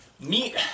Meat